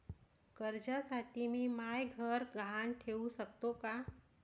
कर्जसाठी मी म्हाय घर गहान ठेवू सकतो का